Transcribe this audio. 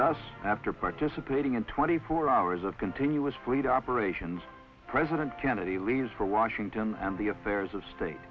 just after participating in twenty four hours of continuous fleet operations president kennedy leaves for washington and the affairs of state